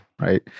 right